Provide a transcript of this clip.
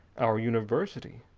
our university,